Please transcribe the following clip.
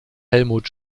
helmut